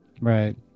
Right